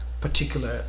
particular